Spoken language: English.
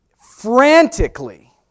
frantically